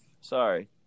Sorry